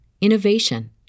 innovation